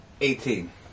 Eighteen